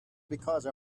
because